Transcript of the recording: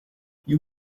you